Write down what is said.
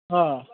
آ